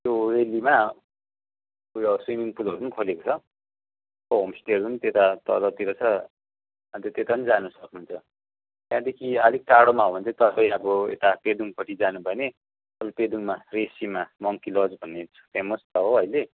त्यो रेलीमा उयो स्विमिङ पुलहरू पनि खोलेको छ होमस्टेहरू पनि त्यता तलतिर छ अन्त त्यता नि जानु सक्नुहुन्छ त्यहाँदेखि आलिक टाडोमा हो भने चाहिँ तपाईँ अब यता पेदुङपट्टि जानु भयो भने पेदुङमा रेसीमा मङ्की लज भन्ने फेमस छ हो अहिले